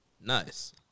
Nice